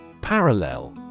Parallel